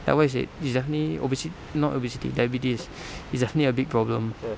like what I said it is definitely obesit~ not obesity diabetes is definitely a big problem